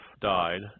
died